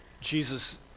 Jesus